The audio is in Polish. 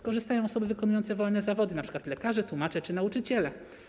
Skorzystają osoby wykonujące wolne zawody, np. lekarze, tłumacze czy nauczyciele.